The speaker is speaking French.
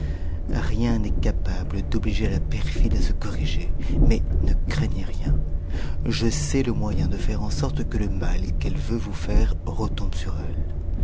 rien n'est capable d'obliger la perfide à se corriger mais ne craignez rien je sais le moyen de faire en sorte que le mal qu'elle veut vous faire retombe sur elle